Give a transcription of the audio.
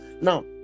now